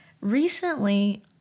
recently